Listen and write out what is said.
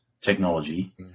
technology